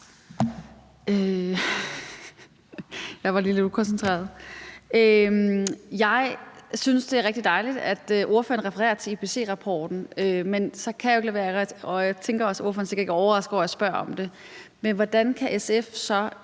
Theresa Scavenius (ALT): Jeg synes, det er rigtig dejligt, at ordføreren refererer til IPCC-rapporten, men så kan jeg jo ikke lade være med at spørge om noget – og jeg tænker også, at ordføreren sikkert ikke er overrasket over, at jeg spørger om det. Hvordan kan SF så